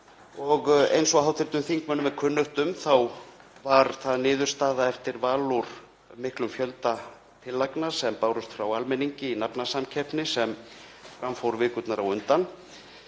Eins og hv. þingmönnum er kunnugt um var það niðurstaða eftir val úr miklum fjölda tillagna sem bárust frá almenningi í nafnasamkeppni sem fram fór vikurnar á undan.